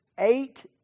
Eight